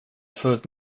fullt